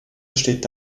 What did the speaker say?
besteht